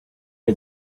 had